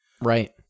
Right